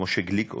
כמו שגליק עושה,